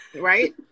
Right